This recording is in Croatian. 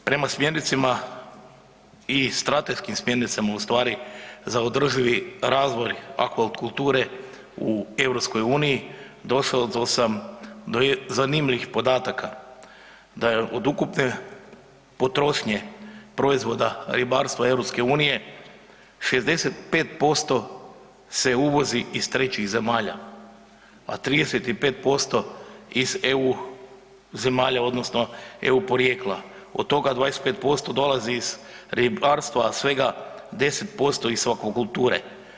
Prema smjernicama i strateškim smjernicama ustvari za održivi razvoj akvakulture u EU došlo do sam do zanimljivih podataka, da je od ukupne potrošnje proizvoda ribarstva EU 65% se uvozi iz trećih zemalja a 35% iz EU zemalja odnosno Eu porijekla, od toga 25% dolazi iz ribarstva a svega 10% iz akvakulture.